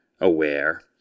aware